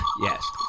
Yes